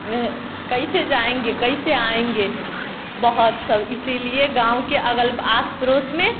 कैसे जाएंगे कैसे आएंगे बहुत सब इसीलिए गाँव के अगल आस पड़ोस में